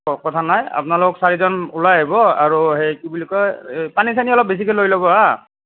কথা নাই আপোনালোক চাৰিজন ওলাই আহিব আৰু সেই কি বুলি কয় পানী চানী অলপ বেছিকৈ লৈ ল'ব হা